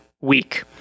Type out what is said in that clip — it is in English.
week